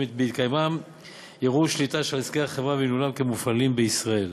בהתקיימם יראו שליטה על עסקי חברה וניהולה כמופעלים בישראל.